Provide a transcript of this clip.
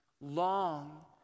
long